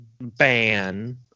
ban